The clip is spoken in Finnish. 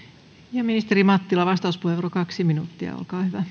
ja ministeri mattila vastauspuheenvuoro kaksi minuuttia